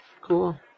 Cool